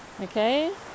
Okay